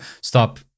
stop